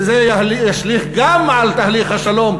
וזה ישליך גם על תהליך השלום,